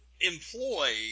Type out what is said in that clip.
employ